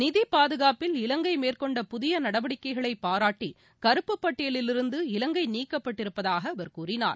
நிதிபாதுகாப்பில் இலங்கைமேற்கொண்ட புதியநடவடிக்கைகளைபாராட்டிகருப்புப் பட்டபலிலிருந்து இலங்கைநீக்கப்பட்டிருப்பதாகஅவர் கூறினார்